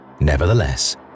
Nevertheless